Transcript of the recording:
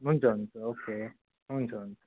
हुन्छ हुन्छ ओके हुन्छ हुन्छ